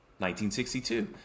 1962